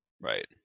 Right